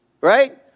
right